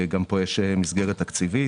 גם פה יש מסגרת תקציבית.